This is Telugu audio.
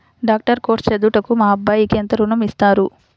డాక్టర్ కోర్స్ చదువుటకు మా అబ్బాయికి ఎంత ఋణం ఇస్తారు?